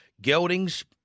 Geldings